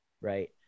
right